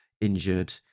injured